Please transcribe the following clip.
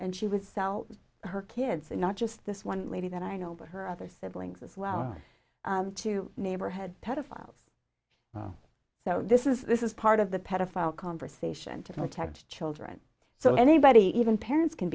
and she would sell her kids and not just this one lady that i know but her other siblings as well to neighborhood pedophiles so this is this is part of the pedophile conversation to protect children so anybody even parents can